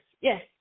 Yes